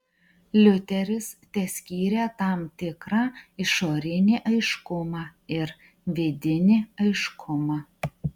liuteris teskyrė tam tikrą išorinį aiškumą ir vidinį aiškumą